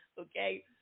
Okay